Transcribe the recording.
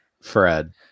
Fred